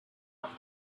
off